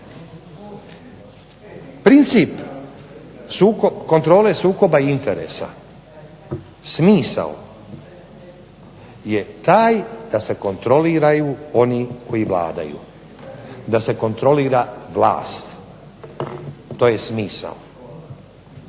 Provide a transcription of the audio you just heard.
Princip kontrole sukoba interesa, smisao je taj da se kontroliraju oni koji vladaju, da se kontrolira vlast. To je smisao,